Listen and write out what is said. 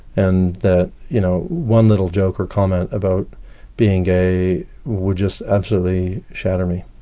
and that you know one little joke or comment about being gay would just absolutely shatter me.